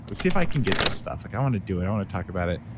see if i can get this stuff. like i want to do it, i want to talk about it.